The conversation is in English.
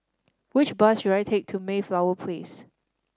which bus should I take to Mayflower Place